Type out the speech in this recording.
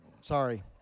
Sorry